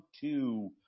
two